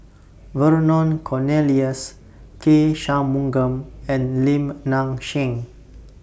Vernon Cornelius K Shanmugam and Lim Nang Seng